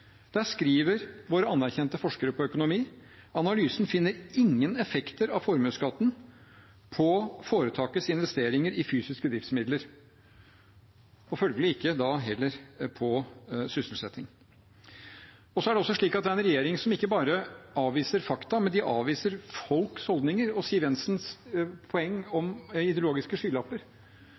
skriver våre anerkjente forskere innenfor økonomi at analysen «finner ingen effekter av formuesskatten på foretakets investeringer i fysiske driftsmidler», og følgelig ikke da heller på sysselsetting. Så er det slik at dette er en regjering som ikke bare avviser fakta, men den avviser også folks holdninger. Og til Siv Jensens poeng om ideologiske skylapper: